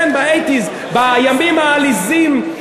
כן, באייטיז,